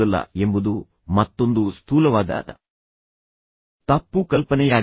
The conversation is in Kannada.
ನೀವು ಮಾತನಾಡುವಾಗ ನೀವು ಹೆಚ್ಚು ಶಕ್ತಿಯನ್ನು ವ್ಯಯಿಸುತ್ತೀರಿ ಆದರೆ ಕೇಳುವಾಗ ಅಲ್ಲ ಎಂಬುದು ಮತ್ತೊಂದು ಸ್ಥೂಲವಾದ ತಪ್ಪು ಕಲ್ಪನೆಯಾಗಿದೆ